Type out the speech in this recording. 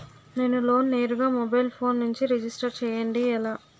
నేను లోన్ నేరుగా mobile phone నుంచి రిజిస్టర్ చేయండి ఎలా?